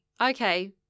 okay